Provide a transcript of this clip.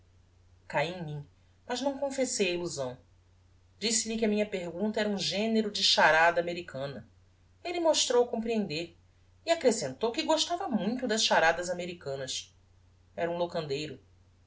cahi em mim mas não confessei a illusão disse-lhe que a minha pergunta era um genero de charada americana elle mostrou comprehender e accrescentou que gostava muito das charadas americanas era um locandeiro